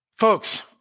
Folks